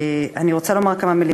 תודה רבה לך, אני רוצה לומר כמה מילים.